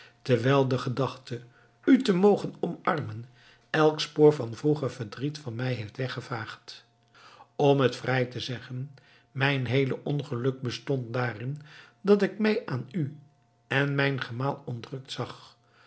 terwijl de gedachte u te mogen omarmen elk spoor van vroeger verdriet van mij heeft weggevaagd om het vrij te zeggen mijn heele ongeluk bestond daarin dat ik mij aan u en mijn gemaal ontrukt zag